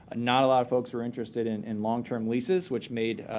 not a lot of folks are interested in in long-term leases, which made